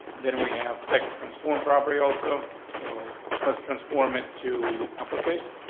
then we have text transform property also, so let's transform it to upper case.